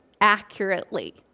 accurately